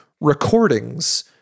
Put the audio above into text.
Recordings